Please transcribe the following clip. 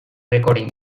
recording